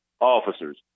officers